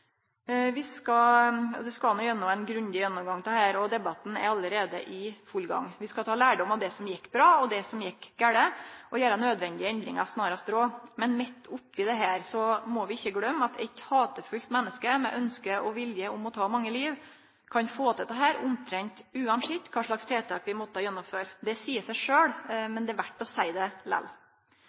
Dette skal gjennom ein grundig gjennomgang, og debatten er allereie i full gang. Vi skal ta lærdom av det som gjekk bra, og det som gjekk galt, og gjere nødvendige endringar snarast råd. Men midt oppe i dette må vi ikkje gløyme at eit hatefullt menneske med ønske og vilje om å ta mange liv, kan få til dette omtrent uansett kva slags tiltak vi måtte gjennomføre. Det seier seg sjølv, men det er verdt å seie det, lell.